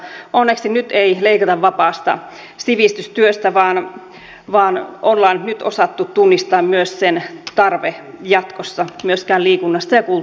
onneksi nyt ei leikata vapaasta sivistystyöstä vaan ollaan nyt osattu tunnistaa myös sen tarve jatkossa ei myöskään liikunnasta ja kulttuurista ne jätetään rauhaan